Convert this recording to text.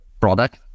product